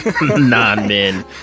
non-men